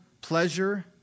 pleasure